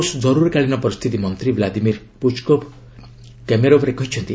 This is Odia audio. ରୁଷ ଜରୁରୀକାଳୀନ ପରିସ୍ଥିତି ମନ୍ତ୍ରୀ ବ୍ଲାଦିମିର୍ ପ୍ରଚକୋବ୍ କେମେରୋବ୍ରେ କହିଛନ୍ତି